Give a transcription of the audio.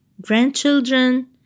grandchildren